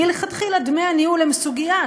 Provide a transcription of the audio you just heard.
מלכתחילה דמי הניהול הם סוגיה,